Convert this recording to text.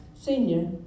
Senior